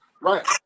Right